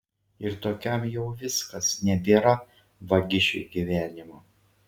ir tokiam jau viskas nebėra vagišiui gyvenimo